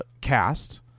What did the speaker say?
cast